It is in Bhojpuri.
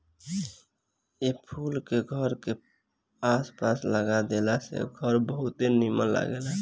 ए फूल के घर के आस पास लगा देला से घर बहुते निमन लागेला